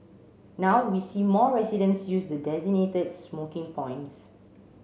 now we see more residents use the designated smoking points